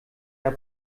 der